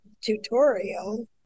tutorial